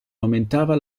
aumentava